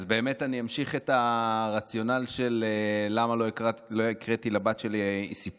אני אמשיך את הרציונל של למה לא הקראתי לבת שלי סיפור.